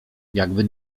jakby